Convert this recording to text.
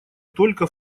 только